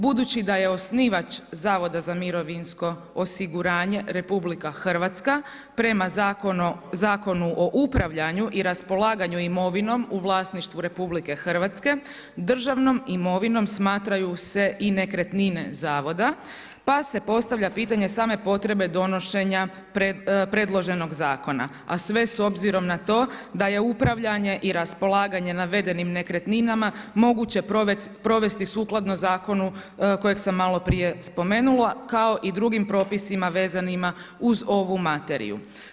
Budući da je osnivač Zavoda za mirovinsko osiguranje RH prema Zakonu o upravljanju i raspolaganju imovinom u vlasništvu RH, državnom imovinom smatraju se i nekretnine zavoda, pa se postavlja pitanje same potrebe donošenja predloženog zakona, a sve obzirom na to da je upravljanje i raspolaganje navedenim nekretninama moguće provesti sukladno zakonu kojega sam malo prije spomenula, kao i drugim propisima vezanima uz ovu materiju.